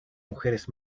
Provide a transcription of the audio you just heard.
mujeres